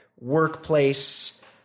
workplace